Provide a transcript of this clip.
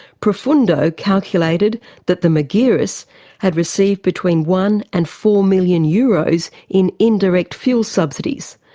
profundo calculated that the margiris had received between one and four million euros in indirect fuel subsidies,